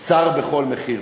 שר בכל מחיר.